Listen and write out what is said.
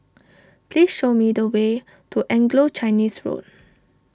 please show me the way to Anglo Chinese School